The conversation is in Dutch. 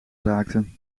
raakte